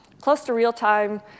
close-to-real-time